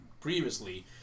previously